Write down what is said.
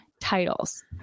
titles